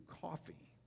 coffee